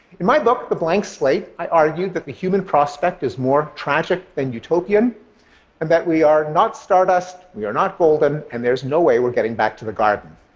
in my book the blank slate, i argued that the human prospect is more tragic than utopian and that we are not stardust, we are not golden and there's no way we are getting back to the garden.